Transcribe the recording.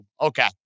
Okay